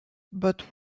but